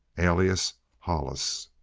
alias hollis.